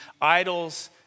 idols